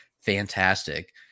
fantastic